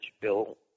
Bill